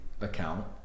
account